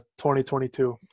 2022